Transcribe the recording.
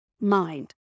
mind